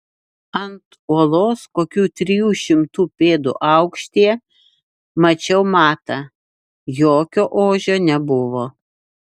ant uolos kokių trijų šimtų pėdų aukštyje mačiau matą jokio ožio nebuvo